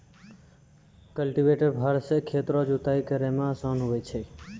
cultivator फार से खेत रो जुताइ करै मे आसान हुवै छै